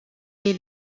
est